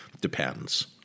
depends